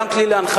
הרמת לי להנחתה.